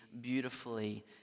beautifully